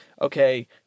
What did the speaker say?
okay